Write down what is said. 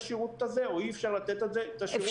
השירות הזה או אי-אפשר לתת את השירות הזה בצורה